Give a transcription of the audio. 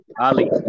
Ali